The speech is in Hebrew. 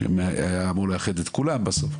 שהיה אמור לאחד את כולם בסוף.